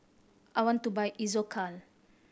I want to buy Isocal